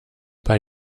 bei